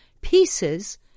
pieces